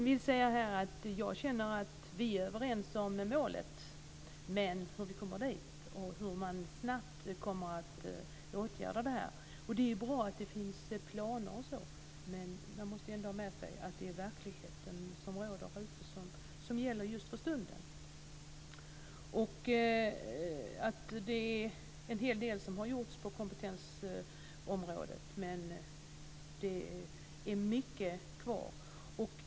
Fru talman! Jag känner att vi är överens om målet, men hur kommer vi dit och hur kommer man att snabbt kunna åtgärda det här? Det är bra att det finns planer, men man måste ändå ha med sig att det är den verklighet som råder som gäller just för stunden. En hel del har gjorts på kompetensområdet, men det är mycket kvar.